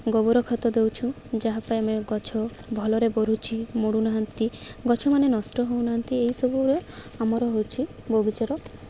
ଗୋବର ଖତ ଦେଉଛୁ ଯାହା ପାଇଁ ଆମେ ଗଛ ଭଲରେ ବଢ଼ୁଛି ମୋଡ଼ୁନାହାନ୍ତି ଗଛ ମାନେ ନଷ୍ଟ ହେଉନାହାନ୍ତି ଏହିସବୁରେ ଆମର ହେଉଛି ବଗିଚାର